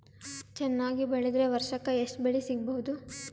ಚೆನ್ನಾಗಿ ಬೆಳೆದ್ರೆ ವರ್ಷಕ ಎಷ್ಟು ಬೆಳೆ ಸಿಗಬಹುದು?